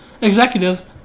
executives